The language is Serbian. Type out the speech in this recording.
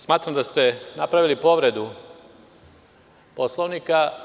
Smatram da ste napravili povredu Poslovnika.